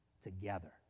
together